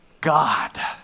God